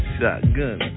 Shotgun